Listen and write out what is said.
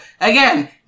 again